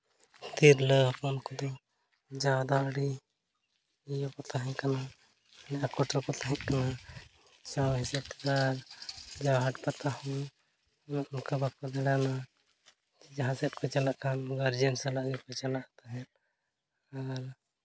ᱛᱤᱨᱞᱟᱹ ᱦᱚᱯᱚᱱ ᱠᱚᱫᱚ ᱡᱟᱣᱫᱤᱱ ᱜᱮ ᱤᱭᱟᱹ ᱠᱚ ᱛᱟᱦᱮᱸ ᱠᱟᱱᱟ ᱛᱟᱦᱮᱸ ᱠᱟᱱᱟ ᱦᱟᱴ ᱯᱟᱛᱟ ᱦᱚᱸ ᱚᱱᱮ ᱚᱱᱠ ᱵᱟᱠᱚ ᱫᱟᱬᱟᱱᱟ ᱡᱟᱦᱟᱸ ᱥᱮᱫ ᱠᱚ ᱪᱟᱞᱟᱜ ᱠᱷᱟᱱ ᱜᱟᱨᱡᱮᱱ ᱥᱟᱞᱟᱜ ᱜᱮᱠᱚ ᱪᱟᱞᱟᱜ ᱛᱟᱦᱮᱸᱫ ᱟᱨ